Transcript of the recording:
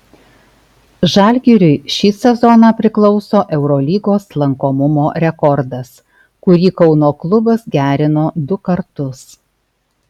žalgiriui šį sezoną priklauso eurolygos lankomumo rekordas kurį kauno klubas gerino du kartus